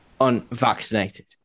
unvaccinated